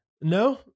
no